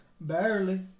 Barely